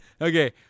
Okay